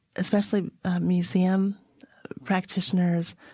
especially museum practitioners,